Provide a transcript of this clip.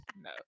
no